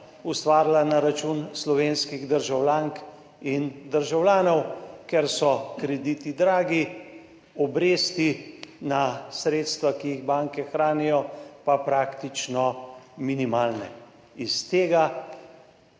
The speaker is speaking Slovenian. ustvarila na račun slovenskih državljank in državljanov, ker so krediti dragi, obresti na sredstva, ki jih banke hranijo, pa praktično minimalne. Iz tega